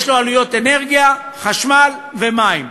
יש לו עלויות אנרגיה, חשמל ומים.